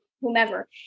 whomever